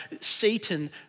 Satan